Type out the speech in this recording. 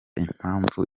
impamvu